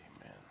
Amen